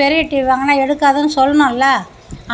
பெரிய டிவி வாங்குனா எடுக்காதுன்னு சொல்ணும்ல்ல